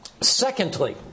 Secondly